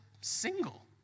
single